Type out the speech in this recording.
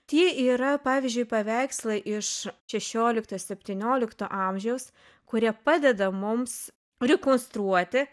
tie yra pavyzdžiui paveikslai iš šešiolikto septyniolikto amžiaus kurie padeda mums rekonstruoti